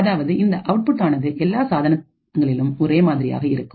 அதாவது இந்த அவுட்ஆனது எல்லா சாதனத்திலும் ஒரே மாதிரியாக இருக்கும்